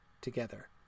together